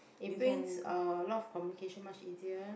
it brings uh a lot of communication much easier